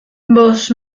bost